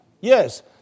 Yes